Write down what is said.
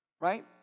right